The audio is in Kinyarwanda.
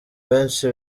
benshi